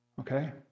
okay